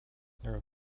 there